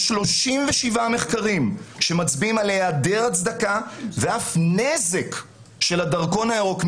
יש 37 מחקרים שמצבעים על היעדר הצדקה ואף נזק של הדרכון הירוק,